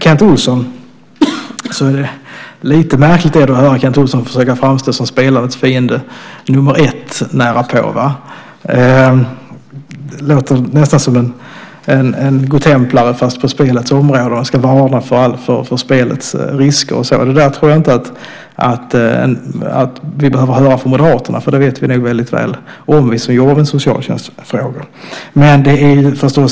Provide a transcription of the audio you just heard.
Det är lite märkligt att höra Kent Olsson försöka framstå nästan som spelandets fiende nummer ett. Det låter nästan som en godtemplare på spelets område. Han ska varna för spelets risker. Jag tror inte att vi behöver höra det från Moderaterna. Vi som jobbar med socialtjänstfrågor vet väldigt väl om det.